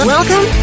Welcome